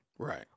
Right